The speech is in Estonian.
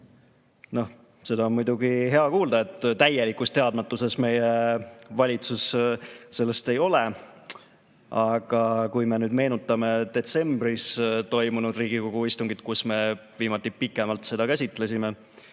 Seda on muidugi hea kuulda, et täielikus teadmatuses meie valitsus sellest ei ole. Aga kui me nüüd meenutame detsembris toimunud Riigikogu istungit, kus me viimati seda teemat pikemalt käsitlesime,